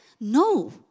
No